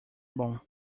bom